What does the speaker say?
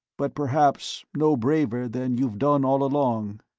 but perhaps no braver than you've done all along.